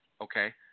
okay –